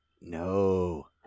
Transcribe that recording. no